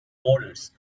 borders